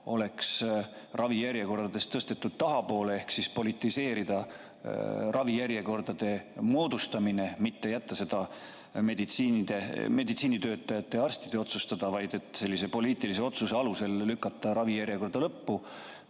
ravijärjekordades tõsta tahapoole ehk politiseerida ravijärjekordade moodustamine, mitte jätta see meditsiinitöötajate ja arstide otsustada, vaid nad sellise poliitilise otsuse alusel lükata ravijärjekorra lõppu.